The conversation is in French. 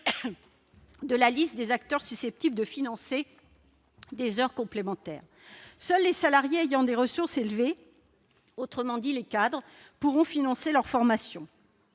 de la liste des acteurs susceptibles de financer des heures complémentaires. Seuls les salariés ayant des ressources élevées, autrement dit les cadres, pourront financer leur formation.